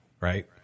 right